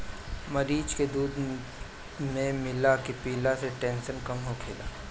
मरीच के दूध में मिला के पियला से टेंसन कम होखेला